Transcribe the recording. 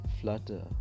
flutter